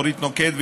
אורית נוקד,